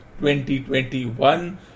2021